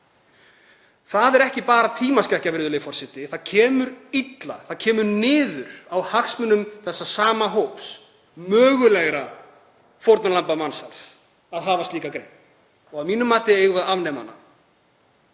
Það er ekki bara tímaskekkja, virðulegi forseti, það kemur niður á hagsmunum sama hóps, mögulegra fórnarlamba mansals, að hafa slíka grein og að mínu mati eigum við að afnema hana.